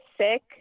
sick